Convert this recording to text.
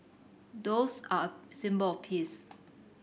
doves are a symbol of peace